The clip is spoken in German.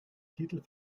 titel